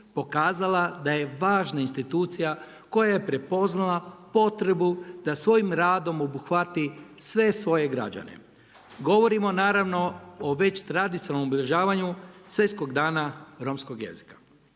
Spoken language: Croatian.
pokazala da je važna institucija koja je prepoznala potrebu da svojim radom obuhvati sve svoje građane. Govorimo naravno, o već tradicionalnom obilježavanju svjetskog dana romskog jezika.